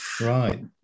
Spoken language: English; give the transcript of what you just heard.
right